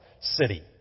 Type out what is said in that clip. city